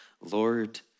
Lord